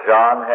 John